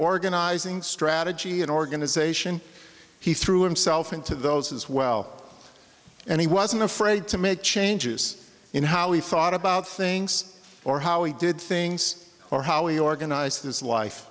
organizing strategy and organization he threw himself into those as well and he wasn't afraid to make changes in how he thought about things or how he did things or how he organized his life